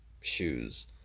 shoes